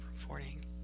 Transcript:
reporting